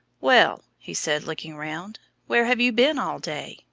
well, he said, looking round, where have you been all day?